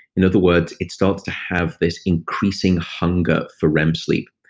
in other words, it starts to have this increasing hunger for rem sleep,